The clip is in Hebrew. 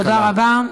תודה רבה.